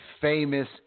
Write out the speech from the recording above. famous